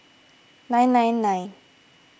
nine nine nine